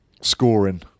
scoring